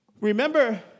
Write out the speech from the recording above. Remember